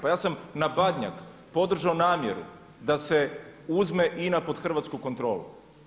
Pa ja sam na Badnjak podržao namjeru da se uzme INA pod hrvatsku kontrolu.